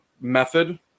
method